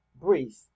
brief